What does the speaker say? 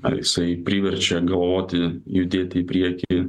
ar jisai priverčia galvoti judėti į priekį